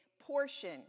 portion